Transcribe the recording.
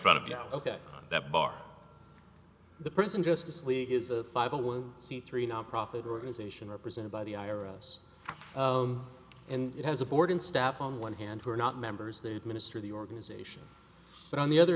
front of you ok that bar the prison justice league is a five a one c three nonprofit organization represented by the i r s and it has a board staff on one hand who are not members they administer the organization but on the other